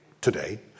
today